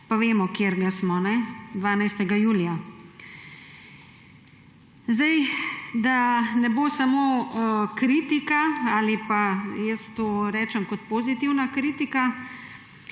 pa vemo, katerega smo, 12. julija. Da ne bo samo kritika ali pa, jaz temu rečem, pozitivna kritika,